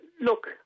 look